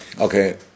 Okay